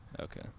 Okay